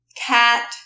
cat